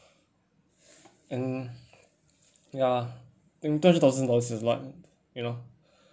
and ya and two hundred thousand dollars is lot you know